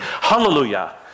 Hallelujah